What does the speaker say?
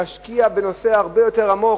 להשקיע בנושא הרבה יותר עמוק,